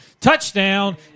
Touchdown